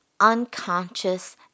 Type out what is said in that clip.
unconscious